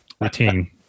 routine